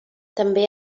també